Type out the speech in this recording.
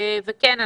כן,